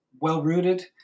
well-rooted